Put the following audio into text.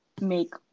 make